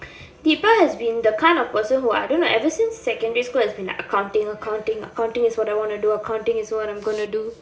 deepa has been the kind of person who I don't know ever since secondary school has been accounting accounting accounting is what I wanna do accounting is what I'm gonna do